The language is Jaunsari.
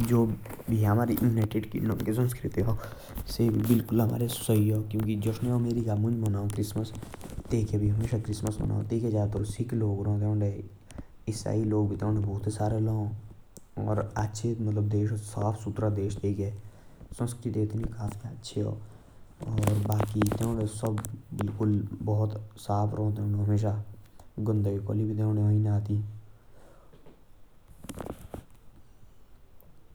जो हमारे United Kingdom के संस्कृति आ से काफी अच्छा आ। जस्नु अमेरिका मुँज मनाओ क्रिसमस। तैकै भी इस्नो